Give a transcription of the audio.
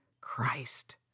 Christ